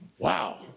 Wow